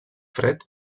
fred